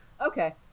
Okay